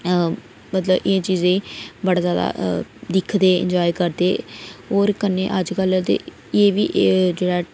मतलब एह् चीजै ई बड़ा जादा दिखदे एंजॉय करदे होर कन्नै अजकल ते एह्बी जेह्ड़ा